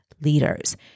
leaders